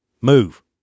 Move